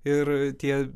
ir tie